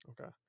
Okay